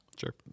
Sure